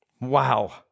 Wow